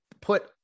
put